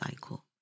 cycle